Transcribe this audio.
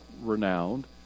renowned